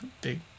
big